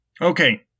Okay